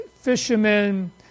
fishermen